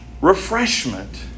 refreshment